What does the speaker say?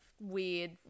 weird